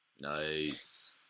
Nice